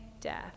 death